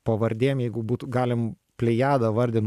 pavardėm jeigu būtų galim plejadą vardint